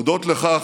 הודות לכך,